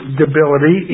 debility